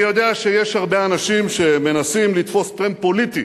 אני יודע שיש הרבה אנשים שמנסים לתפוס טרמפ פוליטי